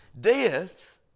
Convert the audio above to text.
Death